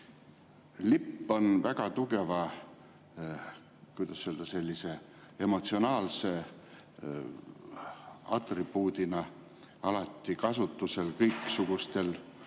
Lipp on väga tugeva, kuidas öelda, emotsionaalse atribuudina alati kasutusel kõiksugustel